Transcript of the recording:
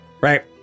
Right